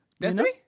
Destiny